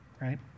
right